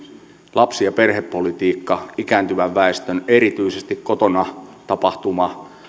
lapsi ja perhepolitiikka ikääntyvän väestön erityisesti kotona tapahtuva